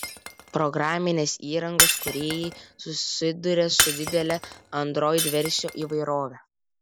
programinės įrangos kūrėjai susiduria su didele android versijų įvairove